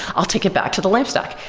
i'll take it back to the livestock.